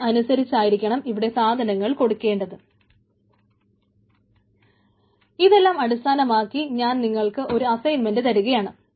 അതിന് അനുസരിച്ചായിരിക്കണം ഇവിടെ സാധനങ്ങൾ കൊടുക്കേണ്ടത് ഇതെല്ലാം അടിസ്ഥാനമാക്കി ഞാൻ നിങ്ങൾക്ക് ഒരു അസൈൻമെൻറ് തരികയാണ്